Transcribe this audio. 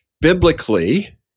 Biblically